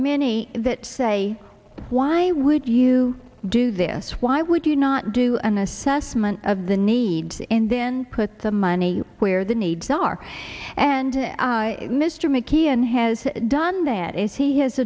many that say why would you do this why would you not do an assessment of the needs and then put the money where the needs are and mr mckeon has done that if he has